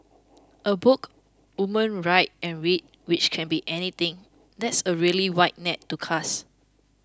a book women write and read which can be anything that's a really wide net to cast